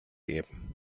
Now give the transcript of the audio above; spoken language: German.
geben